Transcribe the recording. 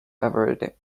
average